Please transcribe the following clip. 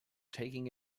taking